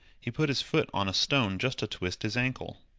he put his foot on a stone just to twist his ankle.